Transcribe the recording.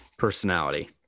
personality